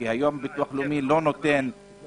כי היום הביטוח הלאומי לא נותן חצי-חצי.